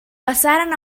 passaren